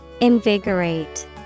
Invigorate